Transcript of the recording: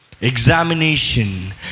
examination